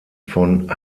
von